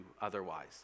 otherwise